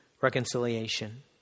reconciliation